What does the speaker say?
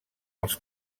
els